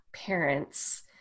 parents